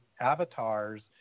avatars